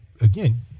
again